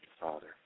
father